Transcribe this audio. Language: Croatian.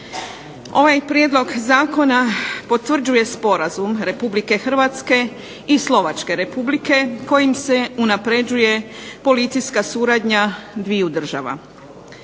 Ovaj Prijedlog zakona potvrđuje Sporazum Republike Hrvatske i Slovačke Republike kojim se unapređuju policijska suradnja dviju država.